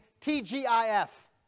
T-G-I-F